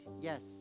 Yes